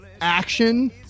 action